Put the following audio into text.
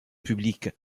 public